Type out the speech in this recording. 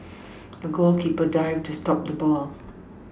the goalkeeper dived to stop the ball